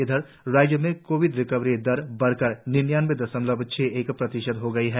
इधर राज्य में कोविड रिकवरी दर बढ़कर निन्यानवे दशमलव छह एक प्रतिशत हो गयी है